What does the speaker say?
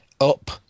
up